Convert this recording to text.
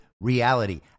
reality